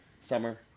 Summer